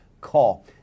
call